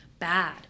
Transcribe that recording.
bad